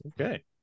Okay